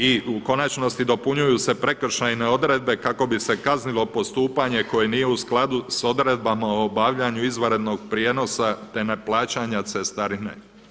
I u konačnosti dopunjuju se prekršajne odredbe kako bi se kaznilo postupanje koje nije u skladu sa odredbama o obavljanju izvanrednog prijenosa, te neplaćanja cestarine.